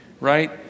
right